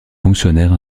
fonctionnaires